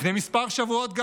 לפני כמה שבועות,